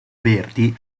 verdi